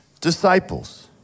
disciples